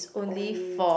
only